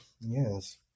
yes